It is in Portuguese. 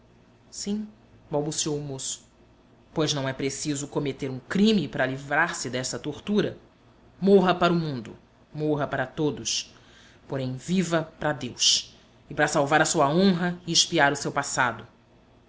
balbuciou o moço pois não é preciso cometer um crime para livrar-se dessa tortura morra para o mundo morra para todos porém viva para deus e para salvar a sua honra e expiar o seu passado